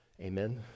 amen